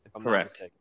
Correct